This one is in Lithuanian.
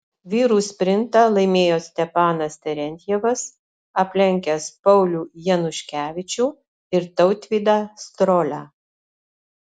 vyrų sprintą laimėjo stepanas terentjevas aplenkęs paulių januškevičių ir tautvydą strolią